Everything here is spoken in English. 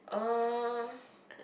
uh